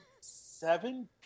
seven